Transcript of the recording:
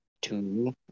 two